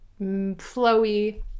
flowy